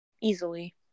easily